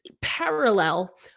parallel